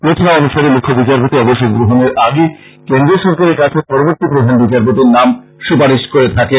প্রথা অনুসারে মুখ্য বিচারপতি অবসর গ্রহণের আগে কেন্দ্রীয় সরকারের কাছে পরবর্তী প্রধান বিচারপতির নাম সুপারিশ করে থাকেন